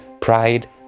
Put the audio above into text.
pride